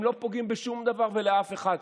הם לא פוגעים בשום דבר ובאף אחד.